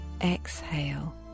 exhale